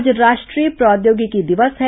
आज राष्ट्रीय प्रौद्योगिकी दिवस है